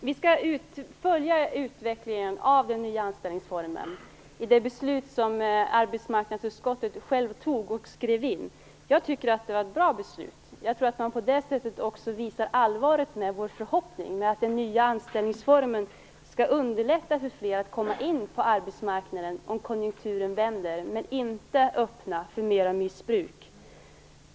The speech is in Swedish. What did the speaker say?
Fru talman! Vi skall följa utvecklingen av den nya anställningsformen enligt det förslag som arbetsmarknadsutskottet står bakom. Jag tycker att det här är ett bra beslut. Jag tror att man på det här viset också visar allvaret med vår förhoppning att den nya anställningsformen skall underlätta för fler att komma in på arbetsmarknaden om konjunkturen vänder utan att öppna för mer missbruk.